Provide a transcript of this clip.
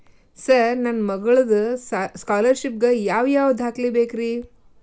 Sir ನನ್ನ ಮಗ್ಳದ scholarship ಗೇ ಯಾವ್ ಯಾವ ದಾಖಲೆ ಬೇಕ್ರಿ?